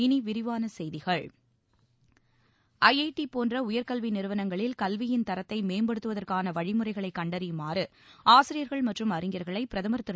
இனி விரிவான செய்திகள் ஐ ஐ டி போன்ற உயர் கல்வி நிறுவனங்களில் கல்வியின் தரத்தை மேம்படுத்துவதற்கான வழிமுறைகளை கண்டறியுமாறு ஆசிரியர்கள் மற்றும் அறிஞர்களை பிரதமர் திரு